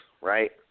right